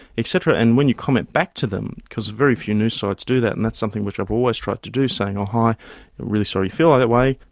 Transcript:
et cetera and when you comment back to them, because very few news sites do that and that's something which have always tried to do, saying, oh hi, i'm really sorry you feel that way,